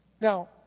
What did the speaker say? Now